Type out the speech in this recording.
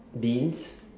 beans